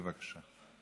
בבקשה.